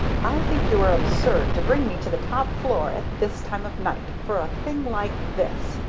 i think you are absurd to bring me to the top floor, at this time of night, for a thing like this!